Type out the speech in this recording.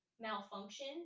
malfunction